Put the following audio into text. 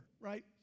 right